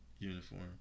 Uniform